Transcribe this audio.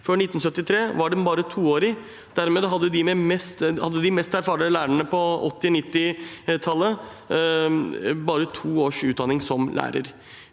Før 1973 var den bare toårig. Dermed hadde de mest erfarne lærerne på 1980- og 1990-tallet bare to års utdanning som lærer.